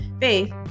faith